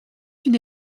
une